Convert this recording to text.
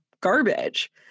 garbage